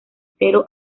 cero